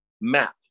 map